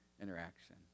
interaction